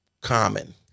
common